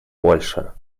польша